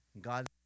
God